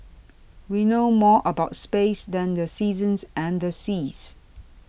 we know more about space than the seasons and the seas